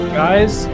guys